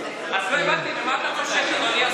אז לא הבנתי, ממה אתה חושש, אדוני השר?